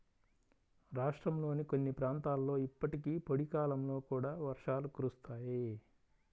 రాష్ట్రంలోని కొన్ని ప్రాంతాలలో ఇప్పటికీ పొడి కాలంలో కూడా వర్షాలు కురుస్తాయి